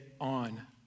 on